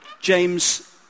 James